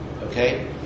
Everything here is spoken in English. Okay